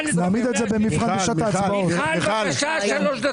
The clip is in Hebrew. מיכל, בבקשה, שלוש דקות.